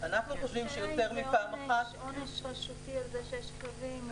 זה כנראה עונש רשותי על זה שיש כלבים משוטטים.